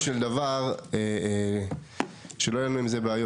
של דבר שלא יהיה לנו עם זה בעיות.